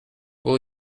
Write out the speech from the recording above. will